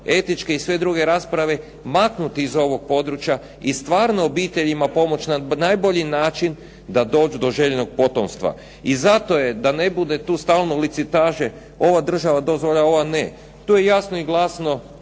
etičke i sve druge rasprave maknuti iz ovog područja i stvarno obiteljima pomoći na najbolji način da dođu do željenog potomstva i zato da ne bude tu stalno licitacije. Ova država dozvoljava, ova ne to je jasno i glasno